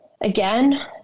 Again